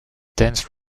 dense